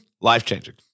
life-changing